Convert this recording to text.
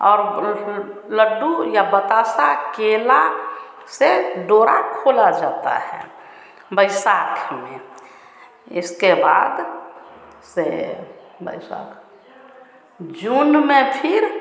और लड्डू या बताशा केला से डोरा खोला जाता है वैशाख में इसके बाद से वैशाख जून में फिर